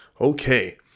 Okay